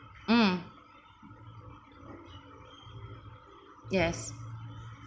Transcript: mm yes